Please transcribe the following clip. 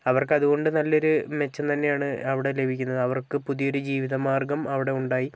അവർക്ക് അതുകൊണ്ട് നല്ലൊരൂ മെച്ചം തന്നെയാണ് അവിടെ ലഭിക്കുന്നത് അവർക്ക് പുതിയ ഒരു ജീവിതമാർഗ്ഗം അവിടെ ഉണ്ടായി